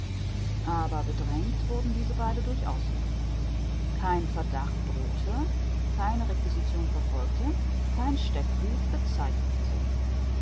aber bedrängt wurden diese beide durchaus nicht kein verdacht drohte keine requisition verfolgte kein steckbrief bezeichnete sie